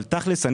אבל תכלס,